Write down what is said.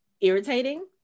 irritating